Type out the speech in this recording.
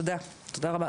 תודה רבה.